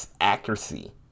accuracy